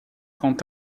quant